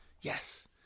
Yes